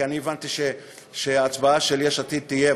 כי אני הבנתי שההצבעה של יש עתיד תהיה,